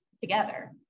together